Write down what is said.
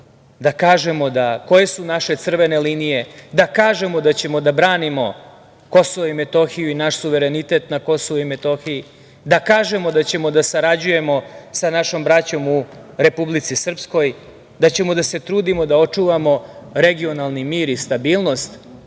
da kažemo koje su naše crvene linije, da kažemo da ćemo da branimo KiM i naš suverenitet na KiM, da kažemo da ćemo da sarađujemo sa našom braćom u Republici Srpskoj, da ćemo da se trudimo da očuvamo regionalni mir i stabilnost.